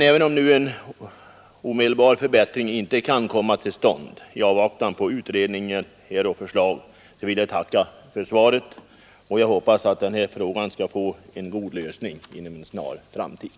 Även om nu en omedelbar förbättring inte kan komma till stånd i avvaktan på utredning och förslag vill jag tacka för svaret, och jag hoppas att den här frågan skall få en god lösning inom en snar framtid.